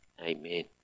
amen